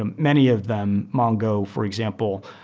um many of them, mongo, for example,